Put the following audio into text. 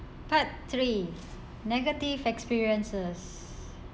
part three negative experiences